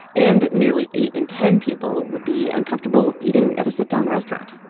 and nearly eight in ten people would be uncomfortable eating at a sit-down restaurant.